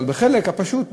אבל מהחלק הפשוט,